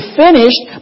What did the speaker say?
finished